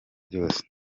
byose